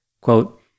Quote